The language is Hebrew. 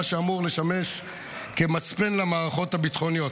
מה שאמור לשמש כמצפן למערכות הביטחוניות,